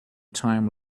time